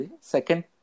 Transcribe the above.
Second